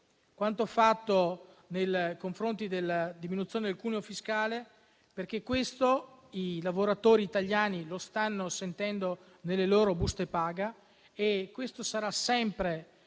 Meloni nei confronti della diminuzione del cuneo fiscale, perché questo i lavoratori italiani lo stanno sentendo nelle loro buste paga. L'obiettivo del